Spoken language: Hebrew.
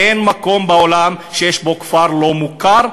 אין מקום בעולם שיש בו כפר לא מוכר.